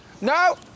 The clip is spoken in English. No